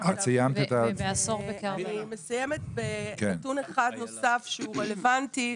נתון אחד נוסף שהוא רלוונטי,